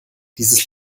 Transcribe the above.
dieses